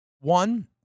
One